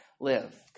live